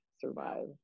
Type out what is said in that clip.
survive